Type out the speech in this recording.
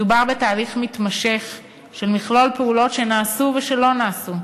מדובר בתהליך מתמשך של מכלול פעולות שנעשו ושלא נעשו,